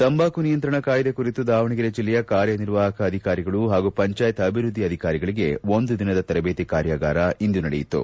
ತಂಬಾಕು ನಿಯಂತ್ರಣ ಕಾಯಿದೆ ಕುರಿತು ದಾವಣಗೆರೆ ಜಿಲ್ಲೆಯ ಕಾರ್ಯನಿರ್ವಾಹಕ ಅಧಿಕಾರಿಗಳು ಹಾಗೂ ಪಂಚಾಯತ್ ಅಭಿವೃದ್ದಿ ಅಧಿಕಾರಿಗಳಿಗೆ ಒಂದು ದಿನದ ತರಬೇತಿ ಕಾರ್ಯಾಗಾರ ಇಂದು ನಡೆಯಿತು